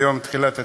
היום תחילת הצום.